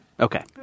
Okay